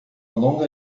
longa